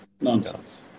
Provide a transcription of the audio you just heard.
Nonsense